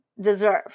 deserve